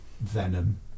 venom